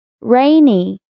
rainy